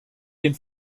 den